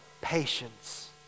Patience